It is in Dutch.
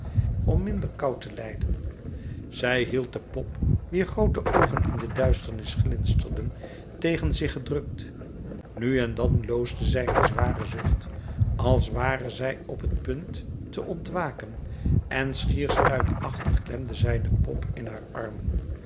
om minder kou te lijden zij hield de pop wier groote oogen in de duisternis glinsterden tegen zich gedrukt nu en dan loosde zij een zwaren zucht als ware zij op t punt te ontwaken en schier stuipachtig klemde zij de pop in haar armen